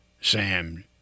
Sam